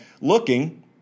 looking